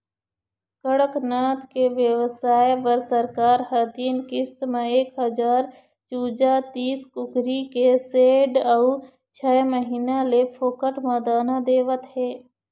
कड़कनाथ के बेवसाय बर सरकार ह तीन किस्त म एक हजार चूजा, तीस कुकरी के सेड अउ छय महीना ले फोकट म दाना देवत हे